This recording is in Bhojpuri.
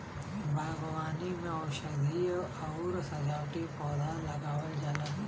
बागवानी में औषधीय आउर सजावटी पौधा लगावल जाला